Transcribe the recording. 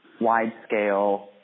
wide-scale